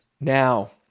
now